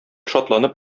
шатланып